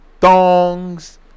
thongs